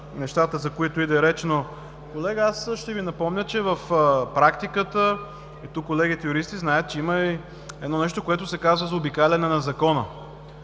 за които иде реч. Колега, ще Ви напомня, че в практиката – тук колегите юристи знаят, че има едно нещо, което се казва „заобикаляне на закона“.